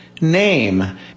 name